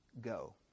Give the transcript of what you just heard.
go